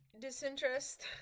disinterest